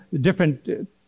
different